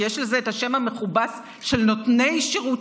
כי יש לזה את השם המכובס של "נותני שירותים".